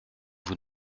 vous